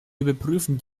überprüfen